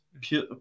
Pure